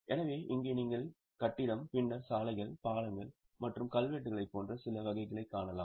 எனவே இங்கே நீங்கள் கட்டிடம் பின்னர் சாலைகள் பாலங்கள் மற்றும் கல்வெட்டுகளை போன்ற சில வகைகளை காணலாம்